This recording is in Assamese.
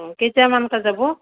অ' কেইটামানকৈ যাব